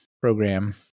program